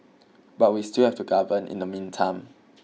but we still have to govern in the meantime